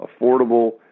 affordable